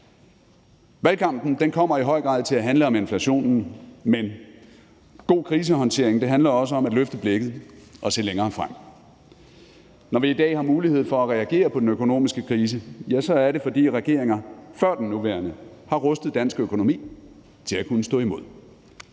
Valgkampen kommer i høj grad til at handle om inflationen, men god krisehåndtering handler også om at løfte blikket og se længere frem. Når vi i dag har mulighed for at reagere på den økonomiske krise, er det, fordi regeringer før den nuværende har rustet dansk økonomi til at kunne stå imod.